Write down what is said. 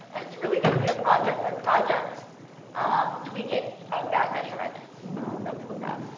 and it's really going to be a project by project um tweaking of that measurement that we look at.